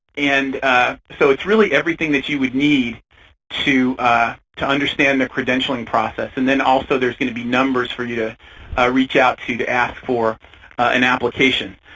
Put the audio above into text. and so it's really everything that you would need to to understand the credentialing process. and then also there's going to be numbers for you to reach out to to ask for an application.